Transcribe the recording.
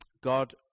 God